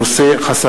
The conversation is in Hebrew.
חסמים